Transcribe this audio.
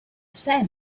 same